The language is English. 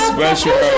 Special